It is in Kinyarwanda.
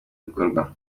bikorwa